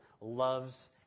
loves